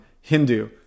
Hindu